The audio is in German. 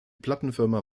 plattenfirma